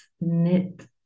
knit